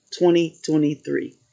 2023